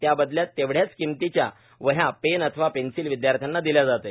त्या बदल्यात तेवढ्याच किंमतीच्या वहया पेन अथवा पेन्सिल विद्यार्थ्यांना दिल्या जाते